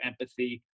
empathy